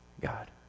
God